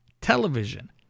television